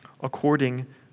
according